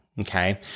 okay